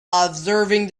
observing